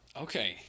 Okay